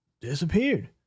disappeared